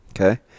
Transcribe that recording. okay